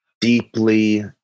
deeply